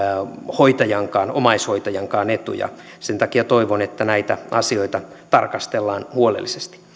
hoitajan omaishoitajan etu sen takia toivon että näitä asioita tarkastellaan huolellisesti